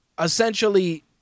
essentially